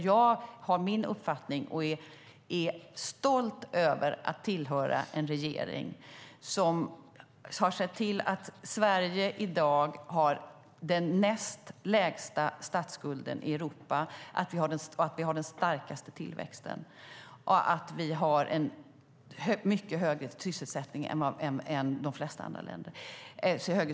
Jag har min uppfattning och är stolt över att tillhöra en regering som har sett till att Sverige i dag har den näst lägsta statsskulden i Europa, att vi har den starkaste tillväxten och att vi har en mycket högre sysselsättningsgrad än de flesta andra länder.